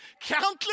countless